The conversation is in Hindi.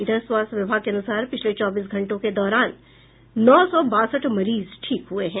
इधर स्वास्थ्य विभाग के अनुसार पिछले चौबीस घंटों के दौरान नौ सौ बासठ मरीज ठीक हुए हैं